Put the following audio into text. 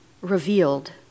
revealed